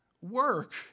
Work